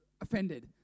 offended